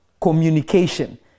communication